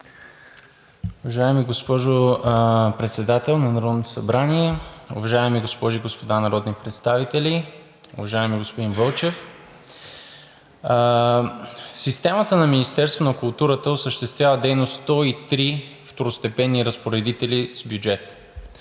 Уважаема госпожо Председател на Народното събрание, уважаеми госпожи и господа народни представители, уважаеми господин Вълчев! В системата на Министерството на културата осъществяват дейност 103 второстепенни разпоредителя с бюджет,